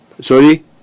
sorry